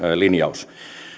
linjaus